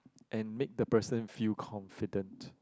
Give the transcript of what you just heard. and make the person feel confident